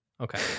Okay